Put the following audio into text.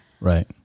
right